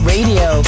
Radio